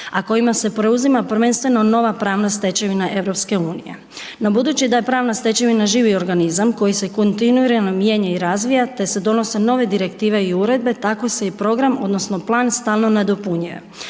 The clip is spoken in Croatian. a kojima se preuzima prvenstveno nova pravna stečevina EU. No, budući da je pravna stečevina živi organizam koji se kontinuirano mijenja i razvija te se donose nove direktive i uredbe tako se i program odnosno plan stalno nadopunjuje.